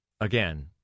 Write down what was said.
Again